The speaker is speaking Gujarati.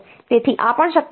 તેથી આ પણ શક્ય છે